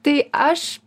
tai aš